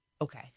Okay